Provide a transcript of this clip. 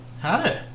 Hi